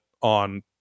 on